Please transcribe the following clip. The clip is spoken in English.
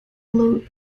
loeb